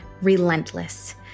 relentless